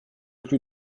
plus